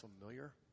familiar